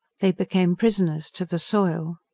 they became prisoners to the soil.